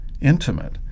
intimate